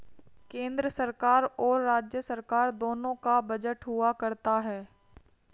केन्द्र सरकार और राज्य सरकार दोनों का बजट हुआ करता है